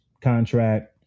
contract